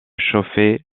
chauffer